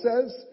says